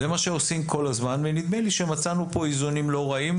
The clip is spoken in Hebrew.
זה מה שעושים כל הזמן ונדמה לי שמצאנו כאן איזונים לא רעים,